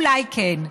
אולי כן.